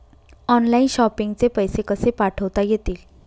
Online shopping चे पैसे कसे पाठवता येतील?